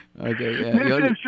Okay